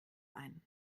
ein